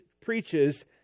preaches